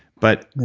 but